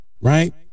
right